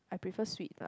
I prefer sweet lah